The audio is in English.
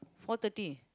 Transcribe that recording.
four thirty